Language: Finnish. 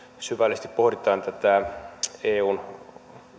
syvällisesti pohditaan tätä eun